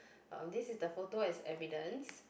uh this is the photo as evidence